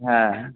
হ্যাঁ